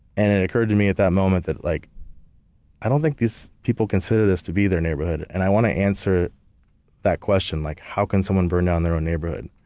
and it occurred to me at that moment that, like i don't think these people consider this to be their neighborhood. and i want to answer that question like, how can someone burn down their own neighborhood?